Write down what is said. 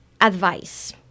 advice